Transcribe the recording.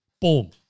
Boom